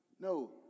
no